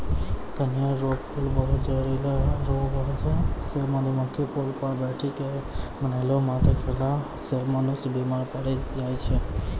कनेर रो फूल बहुत जहरीला रो बजह से मधुमक्खी फूल पर बैठी के बनैलो मध खेला से मनुष्य बिमार पड़ी जाय छै